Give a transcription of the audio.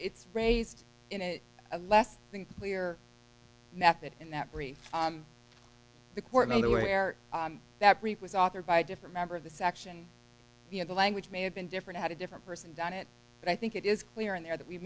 it's phrased in it alas i think we're not that and that brief the court made aware that brief was authored by a different member of the section of the language may have been different had a different person done it but i think it is clear in there that we